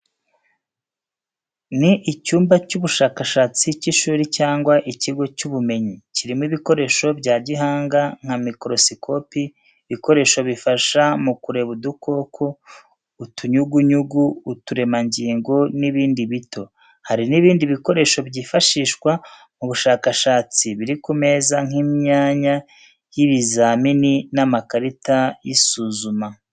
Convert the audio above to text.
Ni icyumba cy'ubushakashatsi cy’ishuri cyangwa ikigo cy’ubumenyi. Kirimo ibikoresho bya gihanga nka mikorosikopi, ibikoresho bifasha mu kureba udukoko, utunyugunyugu, uturemangingo n’ibindi bito. Hari n’ibindi bikoresho byifashishwa mu bushakashatsi biri ku meza nk’imyanya y’ibizamini n’amakarita y’isuzuma.